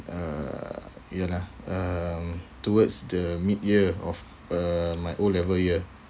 uh ya lah um towards the mid year of uh my O-level year